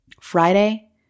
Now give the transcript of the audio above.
Friday